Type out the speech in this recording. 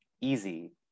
easy